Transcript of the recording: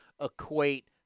equate